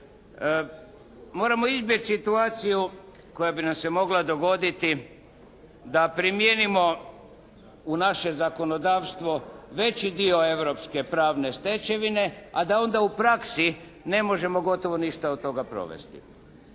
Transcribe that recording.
Moramo izbjeći situaciju koja bi nam se mogla dogoditi da primijenimo u naše zakonodavstvo veći dio europske pravne stečevine, a da onda u praksi ne možemo gotovo ništa od toga provesti.